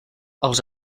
els